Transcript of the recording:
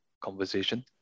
conversation